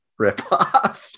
ripoff